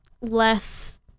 less